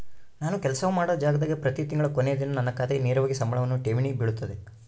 ನಾನು ಕೆಲಸ ಮಾಡೊ ಜಾಗದಾಗ ಪ್ರತಿ ತಿಂಗಳ ಕೊನೆ ದಿನ ನನ್ನ ಖಾತೆಗೆ ನೇರವಾಗಿ ಸಂಬಳವನ್ನು ಠೇವಣಿ ಬಿಳುತತೆ